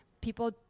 People